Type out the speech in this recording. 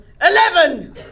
Eleven